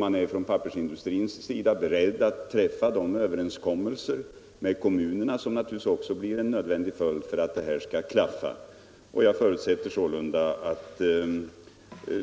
Man är från pap persindustrins sida beredd att träffa de överenskommelser med kommunerna som naturligtvis också blir nödvändiga för att allt skall klaffa. Jag förutsätter sålunda att